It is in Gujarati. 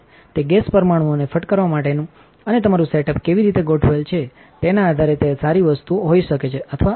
તે ગેસ પરમાણુઓને ફટકારવા માટે અને તમારું સેટઅપ કેવી રીતે ગોઠવેલ છે તેના આધારે તે સારી વસ્તુ હોઈ શકે છે અથવા નહીં પણ